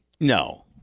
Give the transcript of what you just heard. No